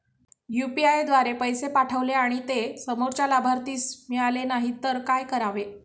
UPI द्वारे पैसे पाठवले आणि ते समोरच्या लाभार्थीस मिळाले नाही तर काय करावे?